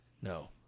No